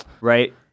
right